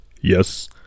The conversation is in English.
Yes